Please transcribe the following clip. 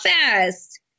fast